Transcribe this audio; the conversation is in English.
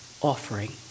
offering